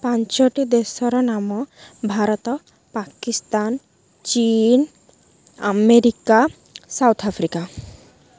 ପାଞ୍ଚଟି ଦେଶର ନାମ ଭାରତ ପାକିସ୍ତାନ ଚୀନ ଆମେରିକା ସାଉଥ୍ ଆଫ୍ରିକା